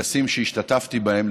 מטקסים שהשתתפתי בהם,